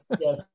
yes